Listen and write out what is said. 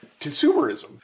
consumerism